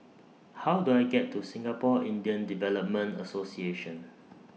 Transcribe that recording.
How Do I get to Singapore Indian Development Association